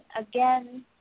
again